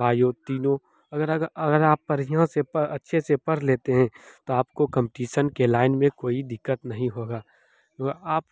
bio तीनों अगर अगर अगर आप बढ़िया से प अच्छे से पढ़ लेते हैं तो आपको कंपटीसन के लाइन में कोई दिक़्क़त नहीं होगी आप